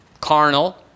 carnal